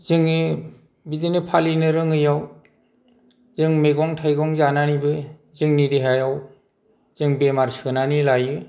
जोङो बिदिनो फालिनो रोङैयाव जों मैगं थाइगं जानानैबो जोंनि देहायाव जों बेमार सोनानै लायो